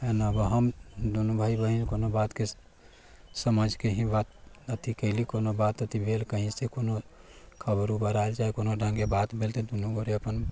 है न आब हम एगो हम दुनू भाइ बहिन कोनो बात के समाज के ही बात अथी कैली कोनो बात अथी भेल कहीं से कोनो खबर उबर आएल चाहे कोनो ढंग के बात भेल तऽ दुनू गोरे अपन